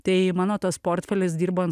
tai mano tas portfelis dirbant